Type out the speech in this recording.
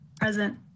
Present